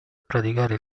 praticare